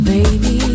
Baby